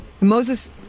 Moses